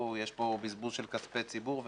שיש פה בזבוז של כספי ציבור וכו',